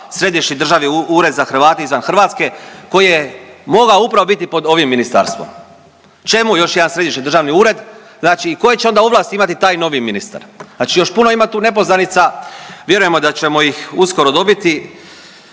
Središnji državni ured za Hrvate izvan Hrvatske koji je mogao upravo biti pod ovim ministarstvom? Čemu još jedan Središnji državni ured, znači koje će onda ovlasti imati taj novi ministar? Znači još puno ima tu nepoznanica, vjerujemo da ćemo ih uskoro dobiti